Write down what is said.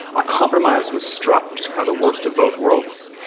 a compromise was struck which was kind of the worst of both worlds,